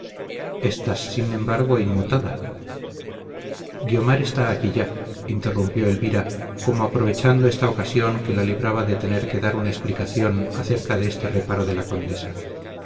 estás sin embargo inmutada guiomar está aquí ya interrumpió elvira como aprovechando esta ocasión que la libraba de tener que dar una explicación acerca de este reparo de la condesa